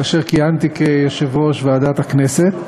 כאשר כיהנתי כיושב-ראש ועדת הכנסת,